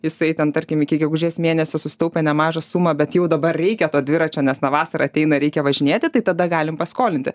jisai ten tarkim iki gegužės mėnesio susitaupė nemažą sumą bet jau dabar reikia to dviračio nes na vasara ateina reikia važinėti tai tada galim paskolinti